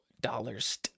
dollars